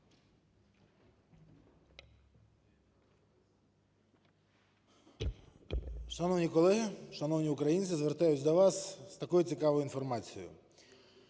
Шановні колеги, шановні українці! Звертаюся до вас з такою цікавою інформацією.